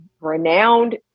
renowned